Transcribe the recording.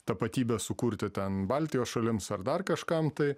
tapatybę sukurti ten baltijos šalims ar dar kažkam tai